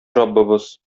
раббыбыз